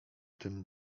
tym